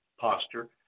posture